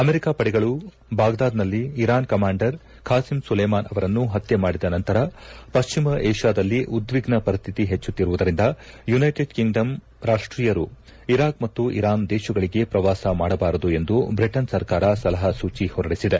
America ಪಡೆಗಳು ಬಾಗ್ದಾದ್ನಲ್ಲಿ Iran commander ಬಾಸಿಂ ಸುಲೇಮಾನ್ ಅವರನ್ನು ಪತ್ಯೆ ಮಾಡಿದ ನಂತರ ಪಶ್ಚಿಮ ಏಷ್ಕಾದಲ್ಲಿ ಉದ್ವಿಗ್ನ ಪರಿಸ್ಥಿತಿ ಹೆಚ್ಚುತ್ತಿರುವುದರಿಂದ ಯುನೈಟೆಡ್ ಕಿಂಗ್ಡಮ್ ರಾಷ್ಟೀಯರು ಇರಾಕ್ ಮತ್ತು ಇರಾನ್ ದೇಶಗಳಿಗೆ ಪ್ರವಾಸ ಮಾಡಬಾರದು ಎಂದು ಬ್ರಿಟನ್ ಸರ್ಕಾರ ಸಲಹಾ ಸೂಚೆ ಹೊರಡಿಸಿದೆ